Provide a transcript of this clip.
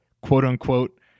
quote-unquote